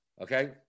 okay